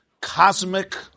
cosmic